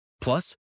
Plus